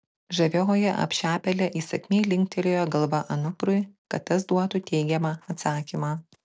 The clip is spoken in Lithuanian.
žavioji apšepėlė įsakmiai linktelėjo galva anuprui kad tas duotų teigiamą atsakymą